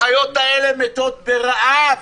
החיות האלה מתות ברעב,